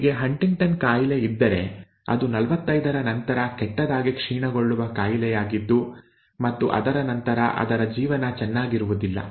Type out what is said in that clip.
ಅವರಿಗೆ ಹಂಟಿಂಗ್ಟನ್ ಕಾಯಿಲೆ ಇದ್ದರೆ ಅದು 45ರ ನಂತರ ಕೆಟ್ಟದಾಗಿ ಕ್ಷೀಣಗೊಳ್ಳುವ ಕಾಯಿಲೆಯಾಗಿದ್ದು ಮತ್ತು ಅದರ ನಂತರ ಅದರ ಜೀವನ ಚೆನ್ನಾಗಿರುವುದಿಲ್ಲ